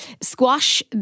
squash